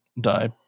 die